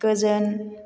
गोजोन